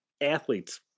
athletes